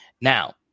Now